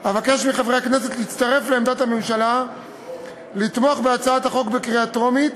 אבקש מחברי הכנסת להצטרף לעמדת הממשלה ולתמוך בהצעת החוק בקריאה טרומית,